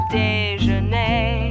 déjeuner